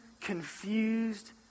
confused